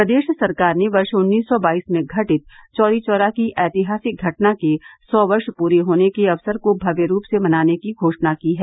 प्रदेश सरकार ने वर्ष उन्नीस सौ बाईस में घटित चौरी चौरा की ऐतिहासिक घटना के सौ वर्ष पूरे होने के अवसर को भव्य रूप से मनाने की घोषणा की है